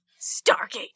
Stargate